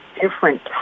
different